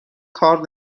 کار